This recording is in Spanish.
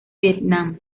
vietnam